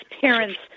parents